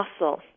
muscle